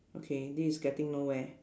okay this is getting nowhere